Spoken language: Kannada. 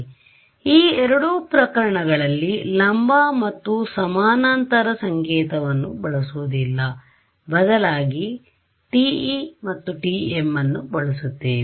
ಆದ್ದರಿಂದ ಈ ಎರಡು ಪ್ರಕರಣಗಳಲ್ಲಿ ಲಂಬ ಮತ್ತು ಸಮಾನಾಂತರ ಸಂಕೇತವನ್ನು ಬಳಸುವುದಿಲ್ಲ ಬದಲಾಗಿ TE TM ಅನ್ನು ಬಳಸುತ್ತೇವೆ